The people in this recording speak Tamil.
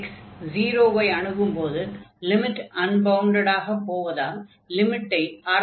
x 0 ஐ அணுகும்போது லிமிட் அன்பவுண்டடாக போவதால் லிமிட்டை ஆராய வேண்டும்